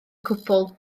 cwbl